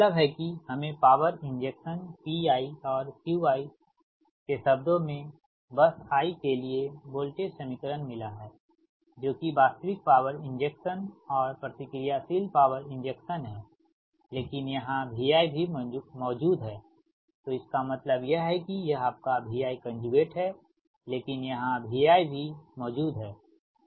इसका मतलब है कि हमें पॉवर इंजेक्शन Pi और Qi के शब्दों में बस i के लिए वोल्टेज समीकरण मिला है जो कि वास्तविक पॉवर इंजेक्शन और प्रतिक्रियाशील पॉवर इंजेक्शन है लेकिन यहांVi भी मौजूद है तो इसका मतलब यह है कि यह आपका Vi है लेकिन यहाँ Vi भी मौजूद है